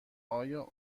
آیا